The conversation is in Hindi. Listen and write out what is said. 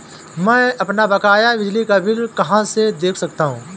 मैं अपना बकाया बिजली का बिल कहाँ से देख सकता हूँ?